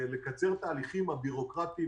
לקצר את ההליכים הבירוקרטיים